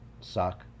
suck